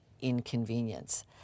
inconvenience